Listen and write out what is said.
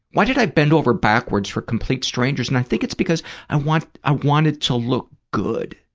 why did i bend over backwards for complete strangers, and i think it's because i wanted i wanted to look good.